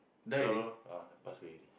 pass away already